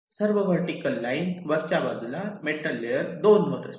सर्व vertical line वरच्या बाजूला मेटल लेअर 2 वर असतील